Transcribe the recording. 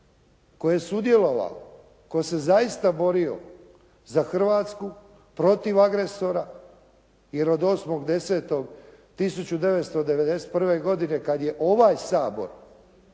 tko je sudjelovao, tko se zaista borio za Hrvatsku protiv agresora, jer od 8.10.1991. godine kada je ovaj Sabor